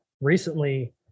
Recently